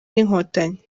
n’inkotanyi